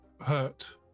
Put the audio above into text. hurt